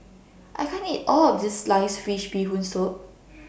I can't eat All of This Sliced Fish Bee Hoon Soup